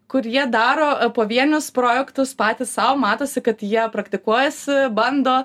kurie daro pavienius projektus patys sau matosi kad jie praktikuojasi bando